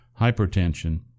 hypertension